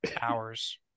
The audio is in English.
hours